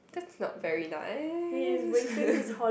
that's not very nice